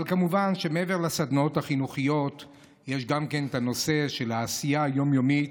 אבל מובן שמעבר לסדנאות החינוכיות יש גם את נושא העשייה היום-יומית,